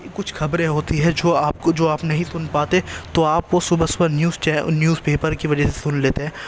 کچھ خبریں ہوتی ہیں جو آپ کو جو آپ نہیں سن پاتے تو آپ کو صبح صبح نیوز نیوز پیپر کی وجہ سے سن لیتے ہیں